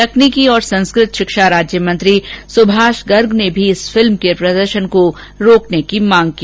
तकनीकी और संस्कृत शिक्षा राज्यमंत्री सुभाष गर्ग ने भी इस फिल्म के प्रदर्शन को रोकने की मांग की